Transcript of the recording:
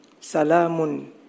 salamun